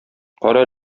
кара